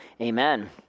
Amen